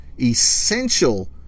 essential